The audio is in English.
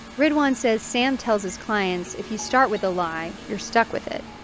ridwan says sam tells his clients, if you start with a lie, you're stuck with it.